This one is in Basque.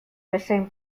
bezain